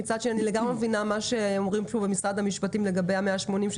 אבל מצד שני אני גם מבינה מה שאומרים ממשרד המשפטים לגבי ה-180 ימים,